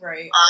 Right